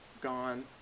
gone